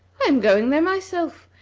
i am going there myself,